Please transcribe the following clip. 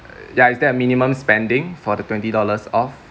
ya is there a minimum spending for the twenty dollars off